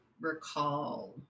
recall